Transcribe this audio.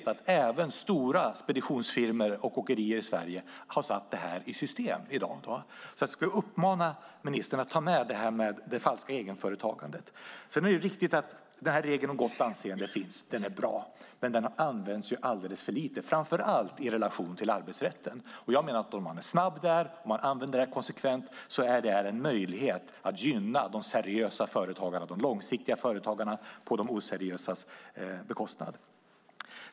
Även stora speditionsfirmor och åkerier i Sverige har satt det här i system i dag, så jag skulle vilja uppmana ministern att ta med detta med det falska egenföretagandet. Det är riktigt att regeln om gott anseende finns. Den är bra, men den används alldeles för lite, framför allt i relation till arbetsrätten. Jag menar att om man är snabb där och använder den konsekvent är det en möjlighet att gynna de seriösa och långsiktiga företagarna på de oseriösas bekostnad.